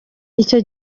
icyo